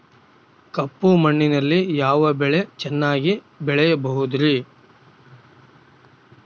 ಕಪ್ಪು ಮಣ್ಣಿನಲ್ಲಿ ಯಾವ ಬೆಳೆ ಚೆನ್ನಾಗಿ ಬೆಳೆಯಬಹುದ್ರಿ?